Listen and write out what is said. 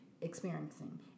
experiencing